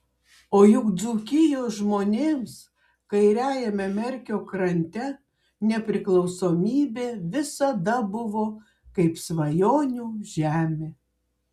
o juk dzūkijos žmonėms kairiajame merkio krante nepriklausomybė visada buvo kaip svajonių žemė